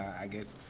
i guess,